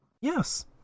Yes